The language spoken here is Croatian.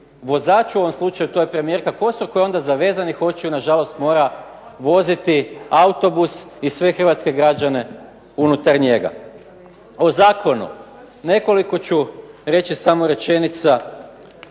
to je u ovom slučaju premijerka Kosor koja onda zavezanih očiju onda na žalost mora voziti autobus i sve Hrvatske građane unutar njega. O Zakonu nekoliko ću reći samo rečenica